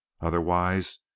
otherwise